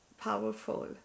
powerful